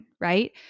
right